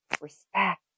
respect